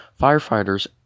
Firefighters